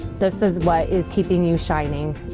this is what is keeping you shining,